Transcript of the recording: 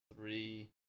three